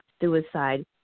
suicide